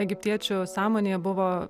egiptiečių sąmonėje buvo